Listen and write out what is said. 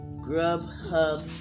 Grubhub